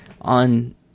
on